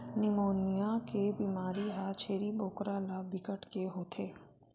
pneumonia के बेमारी ह छेरी बोकरा ल बिकट के होथे